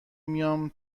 میام